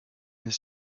his